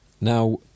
Now